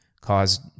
caused